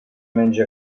menja